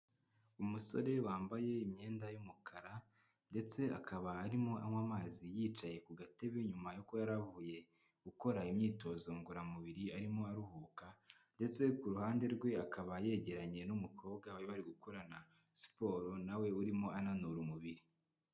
Umusore wambaye imyenda y'umukara ndetse akaba arimo anywa amazi yicaye ku gatebe nyuma yuko yari avuye gukora imyitozo ngororamubiri arimo aruhuka, ndetse ku ruhande rwe akaba yegeranye n'umukobwa bari bari gukorana siporo nawe urimo ananura umubiri.